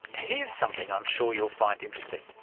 here's something i'm sure you'll find interesting.